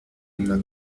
una